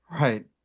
Right